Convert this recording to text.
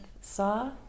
saw